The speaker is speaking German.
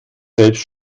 selbst